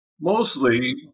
mostly